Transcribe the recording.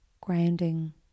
grounding